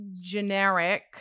generic